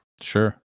sure